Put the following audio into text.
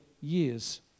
years